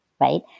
right